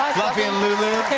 fluffy and lulu.